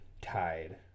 tied